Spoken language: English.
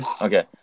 Okay